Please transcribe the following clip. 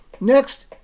Next